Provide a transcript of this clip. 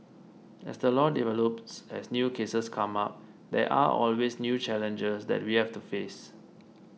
as the law develops as new cases come up there are always new challenges that we have to face